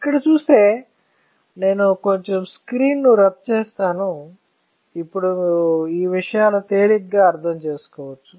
ఇక్కడ చూస్తే నేను కొంచెం స్క్రీన్ ను రబ్ చేస్తాను ఇప్పుడు ఈ విషయాలు తేలికగా అర్థం చేసుకోవచ్చు